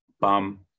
bum